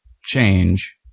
change